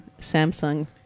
Samsung